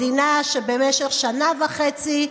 מדינה שבמשך שנה וחצי,